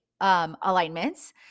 Alignments